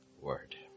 word